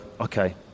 okay